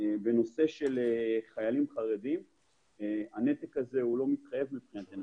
בנושא של חיילים חרדים הנתק הזה לא מתחייב מבחינתנו